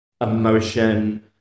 emotion